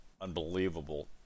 unbelievable